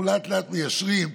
אנחנו לאט-לאט מיישרים.